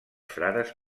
frares